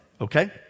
okay